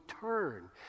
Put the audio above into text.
turn